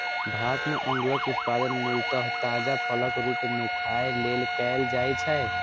भारत मे अंगूरक उत्पादन मूलतः ताजा फलक रूप मे खाय लेल कैल जाइ छै